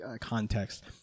context